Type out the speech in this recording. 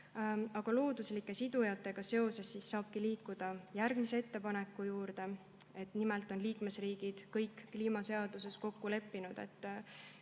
Looduslike sidujatega seoses saabki liikuda järgmise ettepaneku juurde. Nimelt on kõik liikmesriigid kliimaseaduses kokku leppinud,